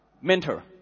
mentor